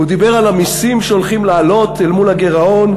הוא דיבר על המסים שהולכים לעלות אל מול הגירעון.